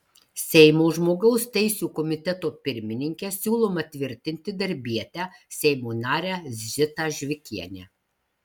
seimo žmogaus teisių komiteto pirmininke siūloma tvirtinti darbietę seimo narę zitą žvikienę